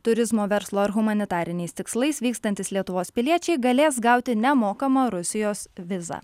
turizmo verslo ar humanitariniais tikslais vykstantys lietuvos piliečiai galės gauti nemokamą rusijos vizą